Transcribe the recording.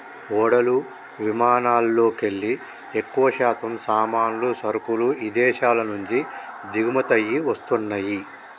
ఓడలు విమానాలల్లోకెల్లి ఎక్కువశాతం సామాన్లు, సరుకులు ఇదేశాల నుంచి దిగుమతయ్యి వస్తన్నయ్యి